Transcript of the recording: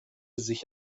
sich